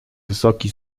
wysoki